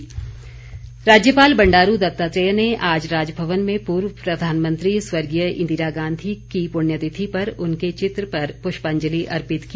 इंदिरा गांधी राज्यपाल बंडारू दत्तात्रेय ने आज राजभवन में पूर्व प्रधानमंत्री स्वर्गीय इंदिरा गांधी की पुण्यतिथि पर उनके चित्र पर पुष्पांजलि अर्पित की